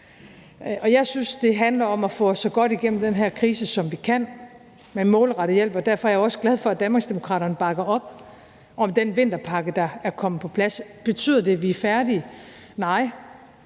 jeg synes, det handler om at få os så godt igennem den her krise, som vi kan, med målrettet hjælp, og derfor er jeg også glad for, at Danmarksdemokraterne bakker op om den vinterpakke, der er kommet på plads. Betyder det, at vi er færdige? Nej.